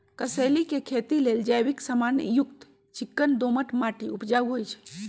कसेलि के खेती लेल जैविक समान युक्त चिक्कन दोमट माटी उपजाऊ होइ छइ